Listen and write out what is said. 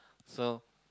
so